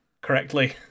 correctly